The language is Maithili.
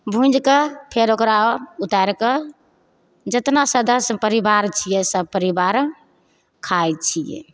भुँजिके फेर ओकरा उतारि कऽ जेतना सदस्य परिबार छियै सब परिबार खाइत छियै